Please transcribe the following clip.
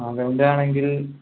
ആ റൗണ്ട് ആണെങ്കിൽ